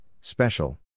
special